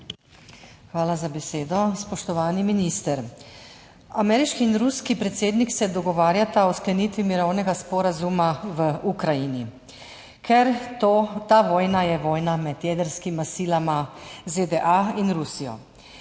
Hvala za besedo. Spoštovani minister! Ameriški in ruski predsednik se dogovarjata o sklenitvi mirovnega sporazuma v Ukrajini, ker ta vojna je vojna med jedrskima silama ZDA in Rusijo.